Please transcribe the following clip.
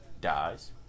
Dies